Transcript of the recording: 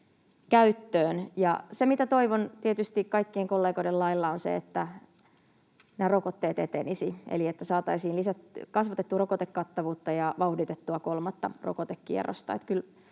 Toivon tietysti kaikkien kollegoiden lailla, että rokotukset etenisivät eli että saataisiin kasvatettua rokotuskattavuutta ja vauhditettua kolmatta rokotekierrosta